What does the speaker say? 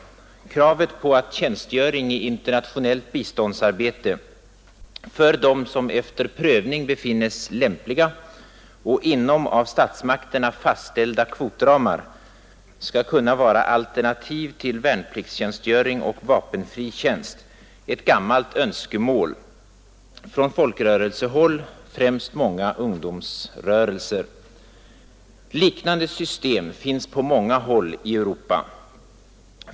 Kravet att tjänstgöring i internationellt biståndsarbete — för dem som efter prövning befinnes lämpliga och inom av statsmakterna fastställda kvotramar — skall kunna vara alternativ till värnpliktstjänstgöring och vapenfri tjänst är ett gammalt önskemål från folkrörelsehåll, främst många ungdomsorganisationer. Liknande system finns på många håll i Europa.